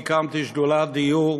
והקמתי שדולת דיור,